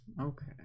Okay